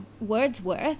Wordsworth